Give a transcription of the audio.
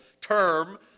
term